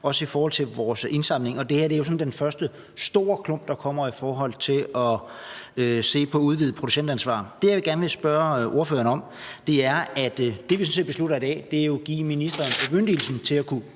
også i forhold til vores indsamling. Det her er jo den første store klump, der kommer, i forhold til at se på udvidet producentansvar. Det, vi sådan set beslutter i dag, er jo at give ministeren bemyndigelsen til at kunne